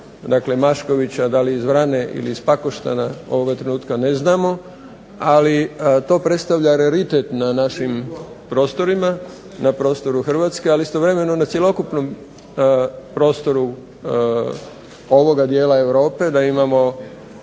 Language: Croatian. dakle Maškovića da li iz Vrane ili iz Pakoštana ovoga trenutka ne znamo, ali to predstavlja raritet na našim prostorima, na prostoru Hrvatske ali istovremeno na cjelokupnom prostoru ovoga dijela Europe da imamo